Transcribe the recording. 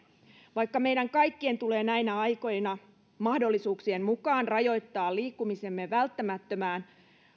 vaikka meidän kaikkien tulee näinä aikoina mahdollisuuksien mukaan rajoittaa liiikkumisemme välttämättömään